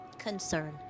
Concern